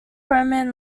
roman